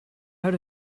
out